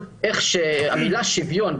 שהמילה שוויון,